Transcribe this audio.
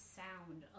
sound